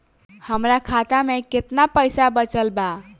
हमरा खाता मे केतना पईसा बचल बा?